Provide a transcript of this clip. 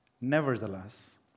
Nevertheless